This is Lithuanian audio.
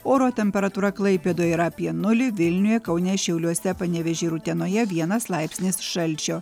oro temperatūra klaipėdoj yra apie nulį vilniuje kaune šiauliuose panevėžy ir utenoje vienas laipsnis šalčio